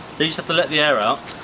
have to let the air out,